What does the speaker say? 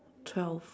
twelve